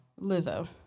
Lizzo